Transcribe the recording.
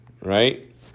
right